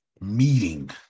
Meeting